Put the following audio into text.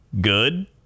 good